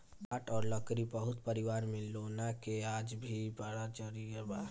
काठ आ लकड़ी बहुत परिवार में लौना के आज भी बड़ा जरिया बा